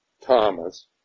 Thomas